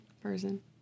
person